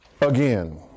again